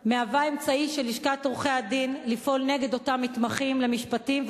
מהווה אמצעי של לשכת עורכי-הדין לפעול נגד אותם מתמחים למשפטים,